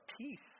peace